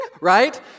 right